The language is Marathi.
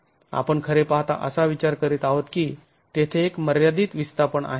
आपण खरे पाहता असा विचार करीत आहोत की तेथे एक मर्यादित विस्थापन आहे